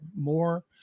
more